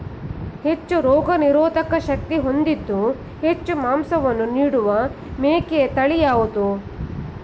ಹೆಚ್ಚು ರೋಗನಿರೋಧಕ ಶಕ್ತಿ ಹೊಂದಿದ್ದು ಹೆಚ್ಚು ಮಾಂಸವನ್ನು ನೀಡುವ ಮೇಕೆಯ ತಳಿ ಯಾವುದು?